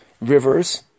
rivers